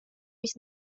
mis